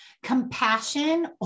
compassion